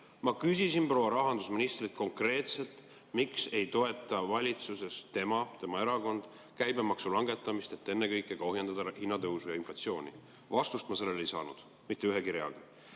Ma küsisin proua rahandusministrilt konkreetselt, miks ei toeta valitsuses tema või tema erakond käibemaksu langetamist, et ennekõike ohjeldada hinnatõusu ja inflatsiooni. Vastust ma sellele ei saanud mitte ühegi reaga.